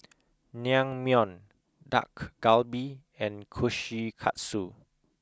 naengmyeon dak galbi and kushikatsu